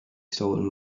stolen